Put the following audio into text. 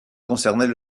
concernait